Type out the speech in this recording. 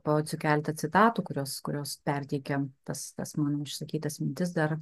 po keleto citatų kurios kurios perteikia tas tas mano išsakytas mintis dar